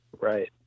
Right